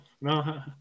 no